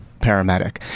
paramedic